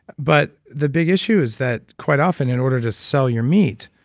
but the big issue is that quite often, in order to sell your meat,